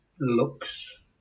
looks